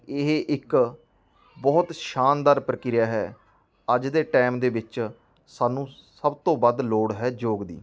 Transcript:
ਇਹ ਇੱਕ ਬਹੁਤ ਸ਼ਾਨਦਾਰ ਪ੍ਰਕਿਰਿਆ ਹੈ ਅੱਜ ਦੇ ਟਾਈਮ ਦੇ ਵਿੱਚ ਸਾਨੂੰ ਸਭ ਤੋਂ ਵੱਧ ਲੋੜ ਹੈ ਯੋਗ ਦੀ